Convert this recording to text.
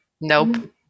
Nope